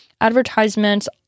advertisements